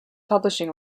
publishing